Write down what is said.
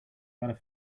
better